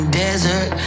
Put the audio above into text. desert